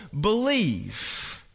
believe